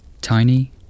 Tiny